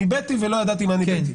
ניבאתי ולא ידעתי מה אני מנבא.